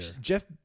jeff